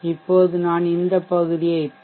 இப்போது நான் இந்த பகுதியை பி